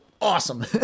awesome